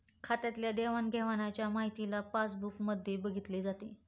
खात्यातल्या देवाणघेवाणच्या माहितीला पासबुक मध्ये बघितले जाते